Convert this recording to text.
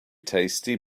tasty